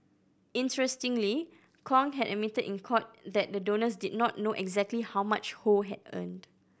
interestingly Kong had admitted in court that the donors did not know exactly how much Ho had earned